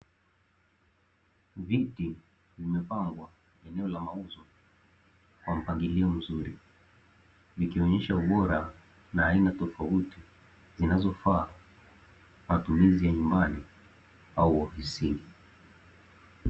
Viti vimepangwa eneo la mauzo kwa mpangilio mzuri, vikionesha ubora na aina tofauti, zinazofaa matumizi ya nyumbani au ofisini.